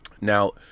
Now